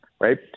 right